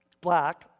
Black